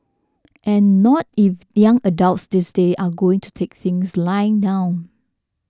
and not if young adults these days are going to take things lying down